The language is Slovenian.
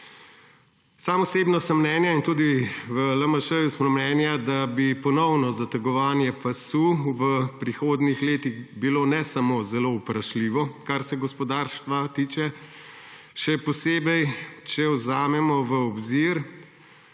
Sam osebno sem mnenja in tudi v LMŠ smo mnenja, da bi ponovno zategovanje pasu v prihodnjih letih bilo ne samo zelo vprašljivo, kar se gospodarstva tiče, še posebej če vzamemo v obzir